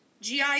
GI